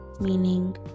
meaning